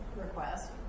request